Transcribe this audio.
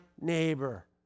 neighbor